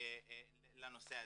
לנושא הזה,